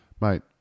Mate